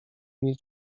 nie